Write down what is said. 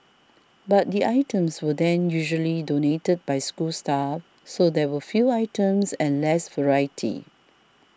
but the items were then usually donated by school staff so there were few items and less variety